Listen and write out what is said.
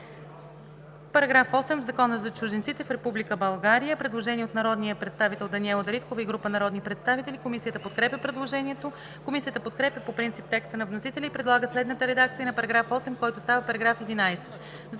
„§ 8. В Закона за чужденците в Република България…“ Има предложение от народния представител Даниела Дариткова и група народни представители. Комисията подкрепя предложението. Комисията подкрепя по принцип текста на вносителя и предлага следната редакция на § 8, който става § 11: „§ 11.